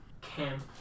camp